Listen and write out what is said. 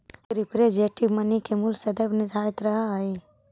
representative money के मूल्य सदैव निर्धारित रहऽ हई